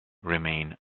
remained